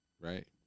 right